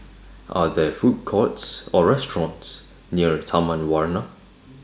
Are There Food Courts Or restaurants near Taman Warna